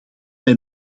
wij